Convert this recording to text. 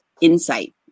insight